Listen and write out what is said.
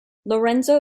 lorenzo